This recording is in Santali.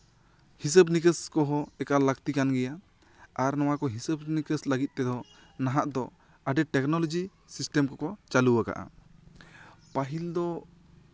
ᱦᱤᱥᱟᱹᱵ ᱱᱤᱠᱟᱹᱥ ᱠᱚᱦᱚᱸ ᱮᱠᱟᱞ ᱞᱟᱠᱛᱤ ᱠᱟᱱ ᱜᱮᱭᱟ ᱟᱨ ᱱᱚᱣᱟ ᱠᱚ ᱦᱤᱥᱟᱹᱵ ᱱᱤᱠᱟᱹᱥ ᱞᱟᱹᱜᱤᱫ ᱛᱮᱫᱚ ᱱᱟᱦᱟ ᱫᱚ ᱟᱹᱰᱤ ᱴᱮᱠᱱᱳᱞᱚᱡᱤ ᱥᱤᱥᱴᱮᱢ ᱠᱚᱠᱚ ᱪᱟᱞᱩ ᱠᱟᱜᱼᱟ ᱯᱟᱦᱤᱞ ᱫᱚ